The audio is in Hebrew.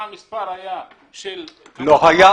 מה המספר היה של --- אני